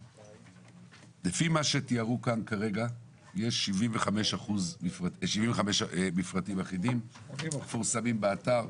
לפי מה שתיארו כאן כרגע יש 75 מפרטים אחידים מפורסמים באתר,